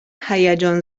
هیجان